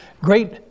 great